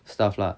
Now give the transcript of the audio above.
stuff lah